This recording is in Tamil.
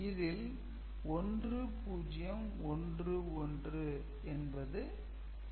இதில் 1 0 1 1 என்பது 1 1